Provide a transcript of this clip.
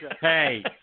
Hey